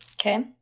Okay